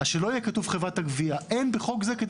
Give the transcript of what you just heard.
שלא יהיה כתוב חברת הגבייה אלא שאין בחוק זה כדי